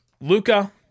Luca